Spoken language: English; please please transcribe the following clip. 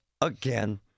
again